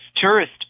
tourist